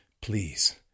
please